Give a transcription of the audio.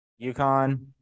UConn